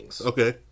Okay